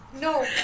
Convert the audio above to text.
No